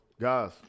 guys